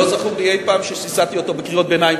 ולא זכור לי שאי-פעם שיסעתי אותו בקריאות ביניים,